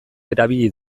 erabili